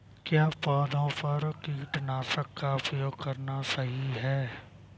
क्या पौधों पर कीटनाशक का उपयोग करना सही है?